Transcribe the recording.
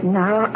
now